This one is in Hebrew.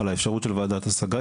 על האפשרות של ועדת השגה?